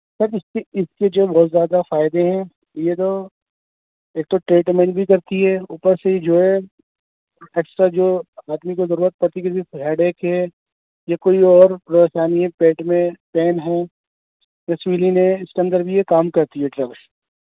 سر اس کے اس کے جو بہت زیادہ فائدے ہیں یہ تو ایک تو ٹریٹمنٹ بھی کرتی ہے اوپر سے ہی جو ہے ایکسٹرا جو آدمی کو ضرورت پڑتی ہے کہ ہیڈ ایکیک ہے یا کوئی اور پریشانی ہے پیٹ میں پین ہے یا سویلی ہے اس کے اندر بھی یہ کام کرتی ہے ڈرگس